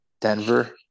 Denver